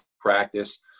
practice